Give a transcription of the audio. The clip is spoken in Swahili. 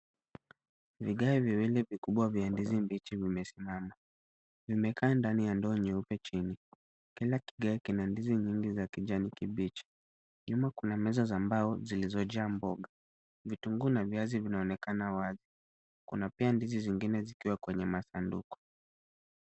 Vigae viwili vikubwa vya ndizi mbichi vimesimama. Vimekaa ndani ya ndoo nyeupe chini. Kila kigae kina ndizi nyingi za kijani kibichi. Nyuma kuna meza za mbao zilizojaa mboga. Vitunguu na viazi vinaonekana wazi. Kuna pia ndizi zingine zikiwa kwenye masanduku.